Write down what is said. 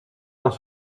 dans